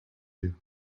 you